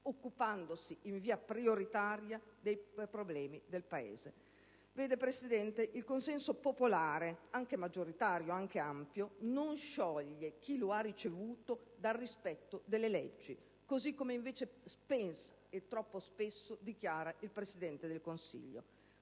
occupandosi in via prioritaria dei problemi del Paese. Presidente, il consenso popolare anche maggioritario e ampio non scioglie chi lo ha ricevuto dal rispetto delle leggi, così come invece pensa e troppo spesso dichiara il Presidente del Consiglio.